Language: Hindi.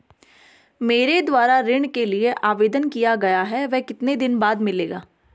मेरे द्वारा ऋण के लिए आवेदन किया गया है वह कितने दिन बाद मिलेगा?